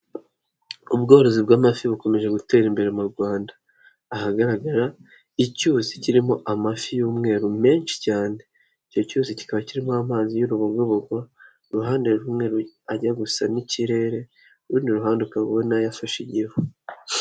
Ubworozi bw'amafi bukomeje gutera imbere mu Rwanda. Ahagaragara icyuzi kirimo amafi y'umweru menshi cyane. Icyo cyuzi kikaba kirimo amazi y'urubogobogo, uruhande rumwe ajya gusa n'ikirere, urundi ruhande ukaba ubona yafashe igihu.